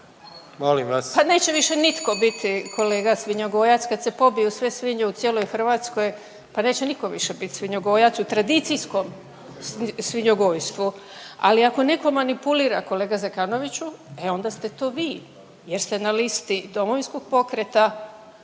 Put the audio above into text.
Pa neće više nitko biti kolega svinjogojac kad se pobiju sve svinje u cijeloj Hrvatskoj, pa neće nitko više bit svinjogojac u tradicijskom svinjogojstvu. Ali ako netko manipulira kolega Zekanoviću, e onda ste to vi jer ste na listi Domovinskog pokreta